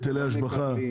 היטלי השבחה.